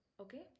Okay